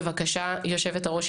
בבקשה יושבת הראש,